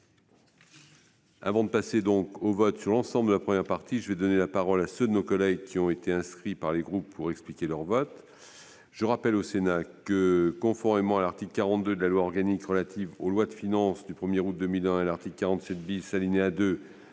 Avant de passer au vote sur l'ensemble de la première partie du projet de loi de finances pour 2020, je vais donner la parole à ceux de nos collègues qui ont été inscrits par les groupes pour expliquer leur vote. Je rappelle au Sénat que, conformément à l'article 42 de la loi organique relative aux lois de finances du 1 août 2001 et à l'article 47 , alinéa 2,